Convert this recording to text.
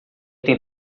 tem